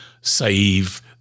save